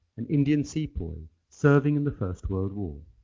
an indian sepoy serving in the first world war.